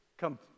Come